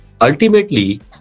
ultimately